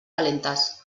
calentes